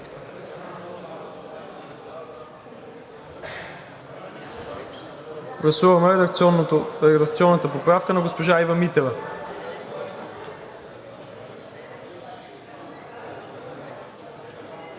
Гласуваме редакционната поправка на госпожа Ива Митева.